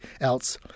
else